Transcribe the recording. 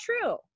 true